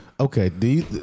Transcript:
Okay